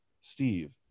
Steve